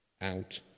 out